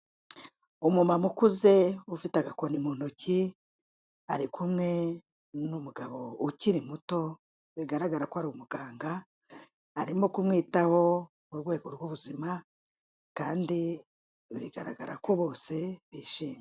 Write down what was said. Umumama ukuze ufite agakoni mu ntoki ari kumwe n'umugabo ukiri muto, bigaragara ko ari umuganga arimo kumwitaho mu rwego rw'ubuzima kandi bigaragara ko bose bishimye.